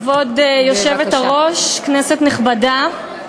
כבוד היושבת-ראש, כנסת נכבדה,